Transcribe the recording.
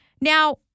Now-